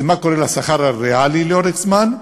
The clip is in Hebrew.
זה מה קורה לשכר הריאלי לאורך זמן,